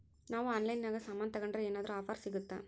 ನಾವು ಆನ್ಲೈನಿನಾಗ ಸಾಮಾನು ತಗಂಡ್ರ ಏನಾದ್ರೂ ಆಫರ್ ಸಿಗುತ್ತಾ?